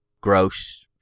gross